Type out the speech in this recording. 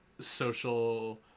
social